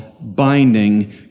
binding